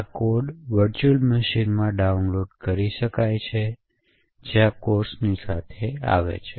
આ code virtual મશીનમાં download કરી શકાય છે જે આ કોર્સની સાથે આવે છે